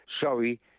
sorry